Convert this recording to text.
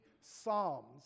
psalms